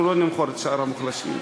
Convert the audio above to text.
אנחנו לא נמכור את שאר המוחלשים.